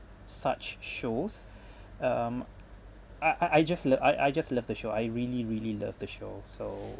such shows um I I I just I I just love the show I really really love the show so